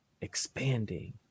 expanding